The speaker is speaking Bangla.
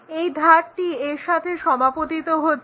এই ধারটি এর সাথে সমাপতিত হচ্ছে